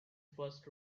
first